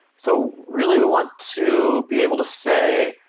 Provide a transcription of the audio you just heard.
so really, we want to be able to say,